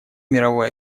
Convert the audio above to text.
мировой